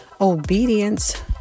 Obedience